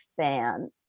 fan